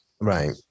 Right